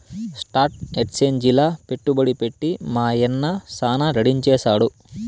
stock ఎక్సేంజిల పెట్టుబడి పెట్టి మా యన్న సాన గడించేసాడు